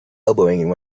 elbowing